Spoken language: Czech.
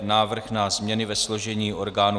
Návrh na změny ve složení orgánů